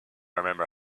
remember